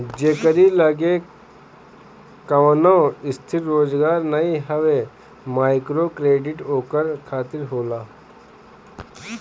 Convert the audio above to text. जेकरी लगे कवनो स्थिर रोजगार नाइ हवे माइक्रोक्रेडिट ओकरा खातिर होला